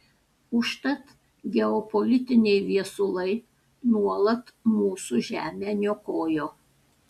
užtat geopolitiniai viesulai nuolat mūsų žemę niokojo